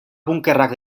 bunkerrak